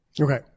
Okay